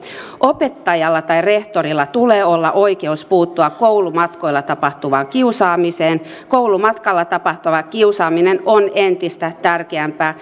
opettajalla tai rehtorilla tulee olla oikeus puuttua koulumatkoilla tapahtuvaan kiusaamiseen koulumatkalla tapahtuva kiusaaminen on entistä tärkeämpi